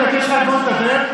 איתן, תן לו לדבר.